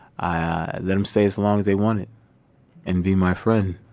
i let em stay as long as they wanted and be my friend.